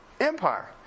Empire